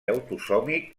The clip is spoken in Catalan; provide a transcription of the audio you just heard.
autosòmic